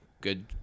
good